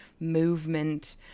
movement